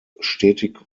stetig